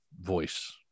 voice